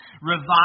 Revive